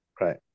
right